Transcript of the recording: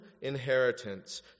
inheritance